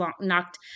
knocked